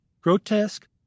grotesque